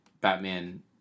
Batman